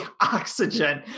oxygen